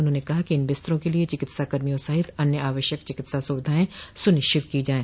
उन्होंने कहा कि इन बिस्तरों के लिए चिकित्साकर्मियों सहित अन्य आवश्यक चिकित्सा सुविधाएं सुनिश्चित की जायें